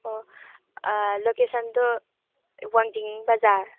ꯑꯣ ꯂꯣꯀꯦꯁꯟꯗꯣ ꯋꯥꯡꯖꯤꯡ ꯕꯖꯥꯔ